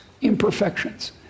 imperfections